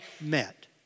met